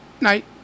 Night